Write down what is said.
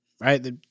right